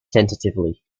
tentatively